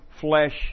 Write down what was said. flesh